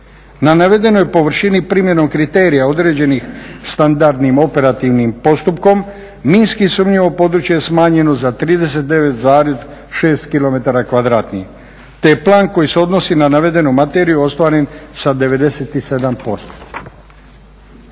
Na navedenoj površini primjenom kriterija određenih standardnim operativnim postupkom, minski sumnjivo područje je smanjeno za 39,6 km kvadratnih, te je plan koji se odnosi na navedenu materiju ostvaren sa 97%.